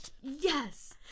Yes